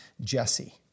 Jesse